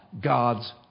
God's